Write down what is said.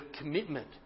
commitment